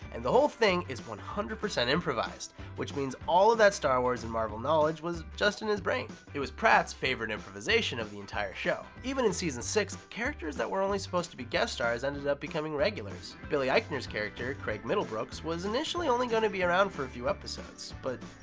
and the whole thing is one hundred percent improvised. which means all of that star wars and marvel knowledge was just in his brain. it was pratt's favorite improvisation of the entire show. even in season six, characters that were only supposed to be guest stars ended up becoming regulars. billy eichner's character, craig middlebrooks, was initially only gonna be around for a few episodes. but,